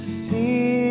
see